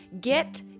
get